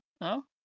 No